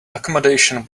accommodation